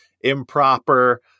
improper